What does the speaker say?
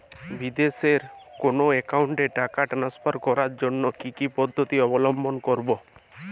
বিদেশের কোনো অ্যাকাউন্টে টাকা ট্রান্সফার করার জন্য কী কী পদ্ধতি অবলম্বন করব?